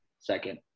second